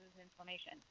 inflammation